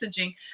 messaging